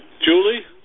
Julie